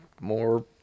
more